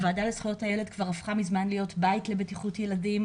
הוועדה לזכויות הילד כבר הפכה מזמן להיות בית לבטיחות ילדים,